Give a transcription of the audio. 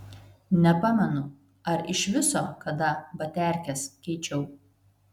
nepamenu ar iš viso kada baterkes keičiau